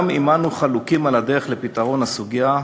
גם אם אנחנו חלוקים על הדרך לפתרון הסוגיה,